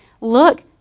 look